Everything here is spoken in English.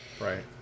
Right